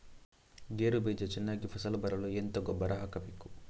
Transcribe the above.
ಗೇರು ಬೀಜ ಚೆನ್ನಾಗಿ ಫಸಲು ಬರಲು ಎಂತ ಗೊಬ್ಬರ ಹಾಕಬೇಕು?